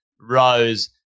rose